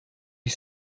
ich